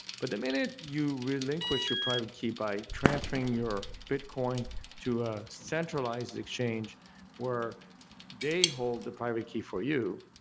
but the minute you relinquish your private key by transferring your bitcoin to a centralized exchange where they hold the private key for you,